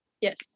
Yes